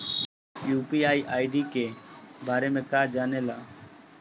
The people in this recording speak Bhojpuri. यू.पी.आई आई.डी के बारे में का जाने ल?